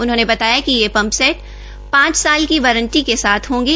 उन्होंने बताया कि ये पंप सैट पांच साल की वारंटी के साथ होंगे